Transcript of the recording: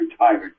retired